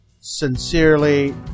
Sincerely